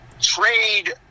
trade